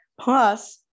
Plus